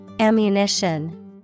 ammunition